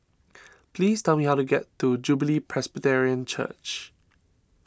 please tell me how to get to Jubilee Presbyterian Church